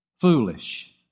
foolish